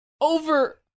over